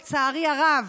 לצערי הרב,